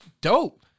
Dope